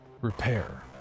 Repair